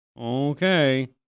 Okay